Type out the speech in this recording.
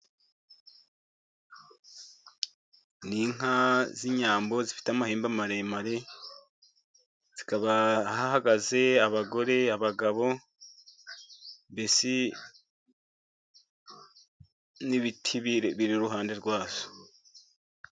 Ni inka z'inyambo zifite amahembe maremare, hakaba ha hagaze abagore, abagabo mbese n'ibiti biri iruhande rwazo.